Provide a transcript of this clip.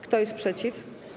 Kto jest przeciw?